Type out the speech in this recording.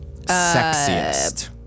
sexiest